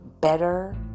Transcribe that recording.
better